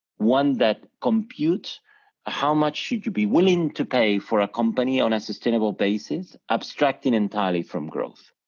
one that computes how much should you be willing to pay for a company on a sustainable basis abstracting entirely from growth.